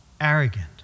arrogant